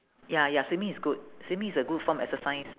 ya ya swimming is good swimming is a good form of exercise